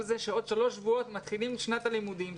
זה שעוד שלושה שבועות מתחילים את שנת הלימודים.